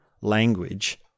language